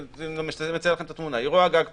אני מצייר לכם את התמונה היא רואה גג פנוי,